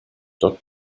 dort